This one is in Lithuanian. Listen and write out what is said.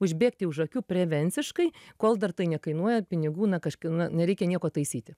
užbėgti už akių prevenciškai kol dar tai nekainuoja pinigų na kažkie na nereikia nieko taisyti